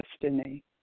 destiny